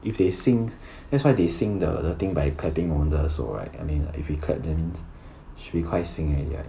if they sync that's why they sync the the thing by clapping 我们的手 right I mean like if we clap then should be quite sync already right